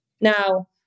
Now